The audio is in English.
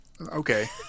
okay